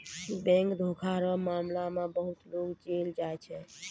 bank धोखा रो मामला मे बहुते लोग जेल जाय छै